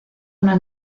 una